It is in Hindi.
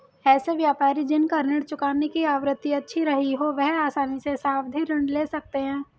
ऐसे व्यापारी जिन का ऋण चुकाने की आवृत्ति अच्छी रही हो वह आसानी से सावधि ऋण ले सकते हैं